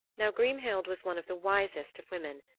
now grimhild was one of the wisest of women,